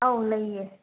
ꯑꯧ ꯂꯩꯌꯦ